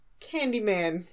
Candyman